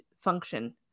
function